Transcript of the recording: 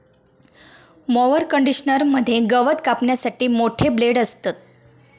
mower conditioner मध्ये गवत कापण्यासाठी मोठे ब्लेड असतत